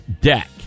deck